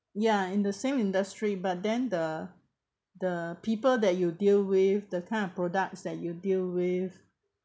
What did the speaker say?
ya in the same industry but then the the people that you deal with the kind of products that you deal with